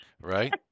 Right